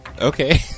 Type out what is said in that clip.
Okay